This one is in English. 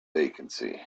vacancy